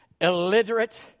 illiterate